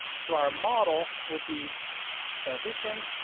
so our model would be transition,